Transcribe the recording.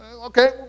Okay